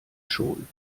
schon